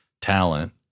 talent